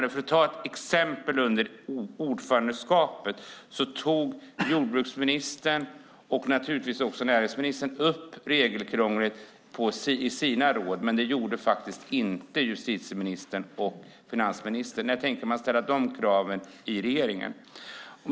För att ta ett exempel från ordförandeskapet kan jag säga att jordbruksministern och naturligtvis också näringsministern tog upp frågan om regelkrånglet i sina råd. Det gjorde inte justitieministern och finansministern, så jag undrar när man tänker ställa krav i det avseendet i regeringen.